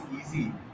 easy